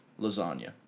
lasagna